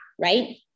right